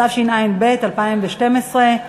התשע"ב 2012,